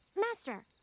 Master